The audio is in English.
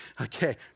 Okay